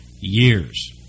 years